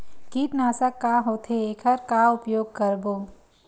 कीटनाशक का होथे एखर का उपयोग करबो?